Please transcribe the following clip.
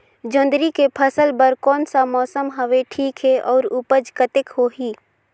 जोंदरी के फसल बर कोन सा मौसम हवे ठीक हे अउर ऊपज कतेक होही?